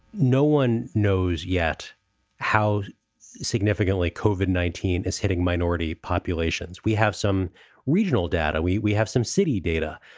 no one knows yet how significantly cauvin, nineteen, is hitting minority populations. we have some regional data. we we have some city data.